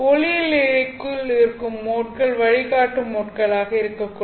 ஒளியியல் இழைக்குள் இருக்கும் மோட்கள் வழிகாட்டும் மோட்களாக இருக்கக்கூடும்